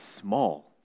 small